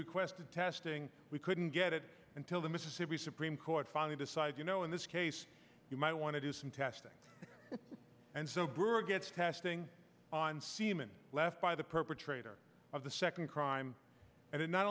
requested testing we couldn't get it until the mississippi supreme court finally decided you know in this case you might want to do some testing and so brewer gets testing on semen left by the perpetrator of the second crime and it not